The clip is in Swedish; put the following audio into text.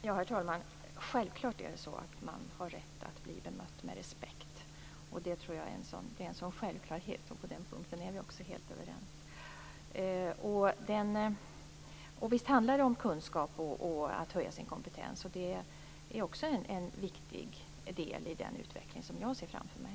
Herr talman! Självklart har man rätt att bli bemött med respekt. Det är en självklarhet, och på den punkten är vi helt överens. Visst handlar det hela om kunskap och kompetens. Det är också en viktig del i den utveckling jag ser framför mig.